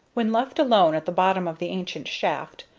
when left alone at the bottom of the ancient shaft,